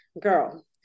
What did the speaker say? girl